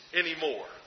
anymore